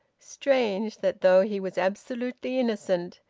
strange, that though he was absolutely innocent,